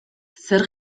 zer